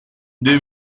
deux